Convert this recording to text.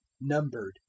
numbered